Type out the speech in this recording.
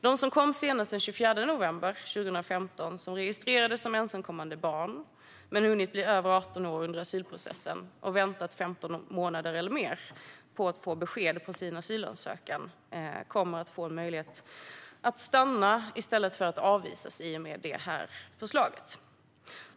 De som kom senast den 24 november 2015 och registrerades som ensamkommande barn men har hunnit bli 18 år under asylprocessen och har väntat 15 månader eller mer på besked på sin asylansökan kommer att få en möjlighet att stanna i stället för att avvisas i och med detta förslag.